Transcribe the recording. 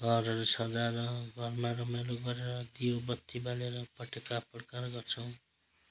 घरहरू सजाएर घरमा रमाइलो गरेर दियो बत्ती बालेर पटेका पड्काएर गर्छौँ